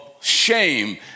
shame